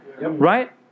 Right